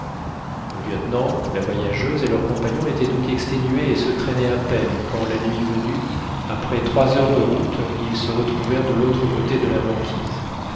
le lieutenant la voyageuse et leurs compagnons étaient donc exténués et se traînaient à peine quand la nuit venue après trois heures de route ils se retrouvèrent de l'autre côté de la banquise